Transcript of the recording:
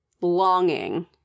longing